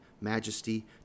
majesty